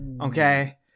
Okay